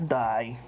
die